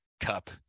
cup